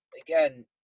again